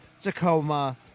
Tacoma